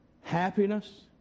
happiness